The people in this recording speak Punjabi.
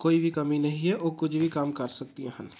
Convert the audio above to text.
ਕੋਈ ਵੀ ਕਮੀ ਨਹੀਂ ਹੈ ਉਹ ਕੁਝ ਵੀ ਕੰਮ ਕਰ ਸਕਦੀਆਂ ਹਨ